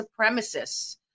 supremacists